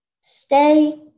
stay